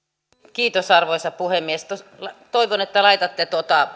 arvoisa puhemies toivon että laitatte